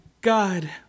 god